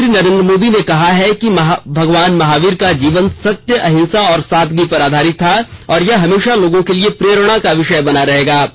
प्रधानमंत्री नरेन्द्र मोदी ने कहा है कि भगवान महावीर का जीवन सत्य अहिंसा और सादगी पर आधारित था और यह हमेशा लोगों के लिए प्रेरणा का विषय बना रहेगा